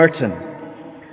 Merton